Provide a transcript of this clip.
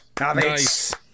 Nice